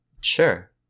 Sure